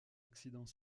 accident